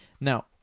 Now